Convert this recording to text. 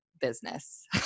business